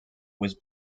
was